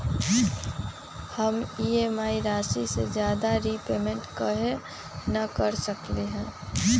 हम ई.एम.आई राशि से ज्यादा रीपेमेंट कहे न कर सकलि ह?